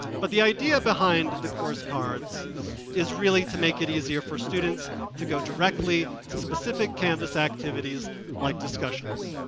but the idea behind the course cards is really to make it easier for students to go directly to specific canvass activities like discussions.